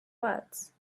words